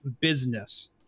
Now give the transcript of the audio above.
business